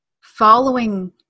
following